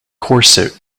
corset